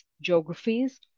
geographies